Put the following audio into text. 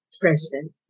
president